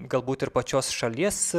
galbūt ir pačios šalies